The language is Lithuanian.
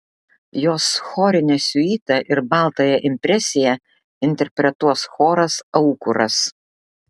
jos chorinę siuitą ir baltąją impresiją interpretuos choras aukuras